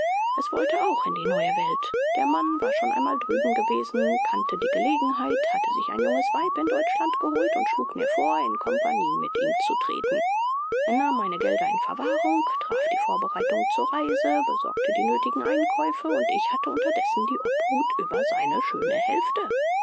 es wollte auch in die neue welt der mann war schon einmal drüben gewesen kannte die gelegenheit hatte sich ein junges weib in deutschland geholt und schlug mir vor in compagnie mit ihm zu treten er nahm meine gelder in verwahrung traf die vorbereitungen zur reise besorgte die nöthigen einkäufe und ich hatte unterdessen die obhut über seine schöne hälfte